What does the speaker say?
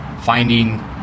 finding